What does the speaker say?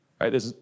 right